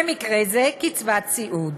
במקרה זה קצבת סיעוד.